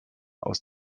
aus